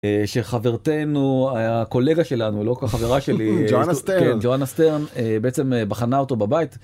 שחברתנו הקולגה שלנו לא כל כך חברה שלי, ג'ואנה סטרן, בעצם בחנה אותו בבית